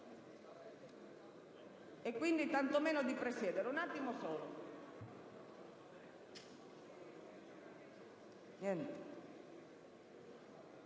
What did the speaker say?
e quindi, tantomeno, di presiedere.